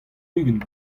ugent